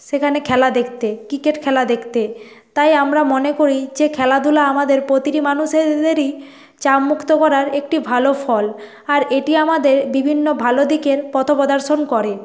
সেখানে খেলা দেখতে ক্রিকেট খেলা দেখতে তাই আমরা মনে করি যে খেলাধুলা আমাদের প্রতিটি মানুষেদেরই চাপ মুক্ত করার একটি ভালো ফল আর এটি আমাদের বিভিন্ন ভালো দিকের পথ প্রদর্শন করে